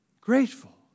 grateful